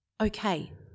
okay